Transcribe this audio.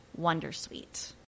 Wondersuite